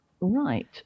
Right